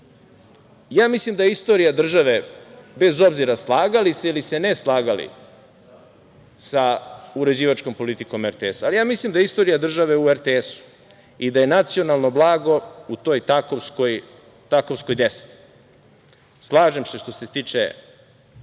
da pošaljete neku drugačiju poruku? Bez obzira slagali se ili se ne slagali sa uređivačkom politikom RTS-a, ali ja mislim da je istorija države u RTS-u i da je nacionalno blago u toj Takovskoj 10.Slažem se što se tiče